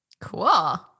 Cool